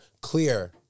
clear